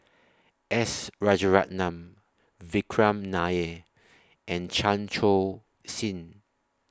S Rajaratnam Vikram Nair and Chan Sin